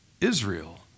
Israel